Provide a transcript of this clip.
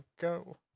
go